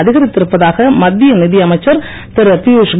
அதிகரித்து இருப்பதாக மத்திய நிதியமைச்சர் திருபியுஷ்